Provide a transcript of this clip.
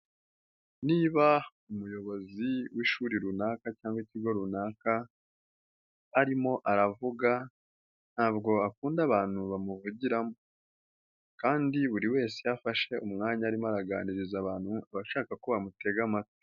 Niba umuyobozi w'ishuri runaka cyangwa ikigo runaka arimo aravuga ntabwo akunda abantu bamuvugiramo kandi buri wese iyo afashe umwanya arimo araganiriza abantu aba ashaka ko bamutega amatwi.